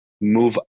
move